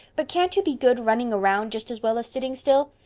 but can't you be good running round just as well as sitting still?